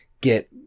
get